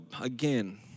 again